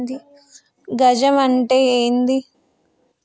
గజం అంటే ఏంది?